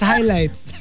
Highlights